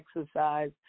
exercise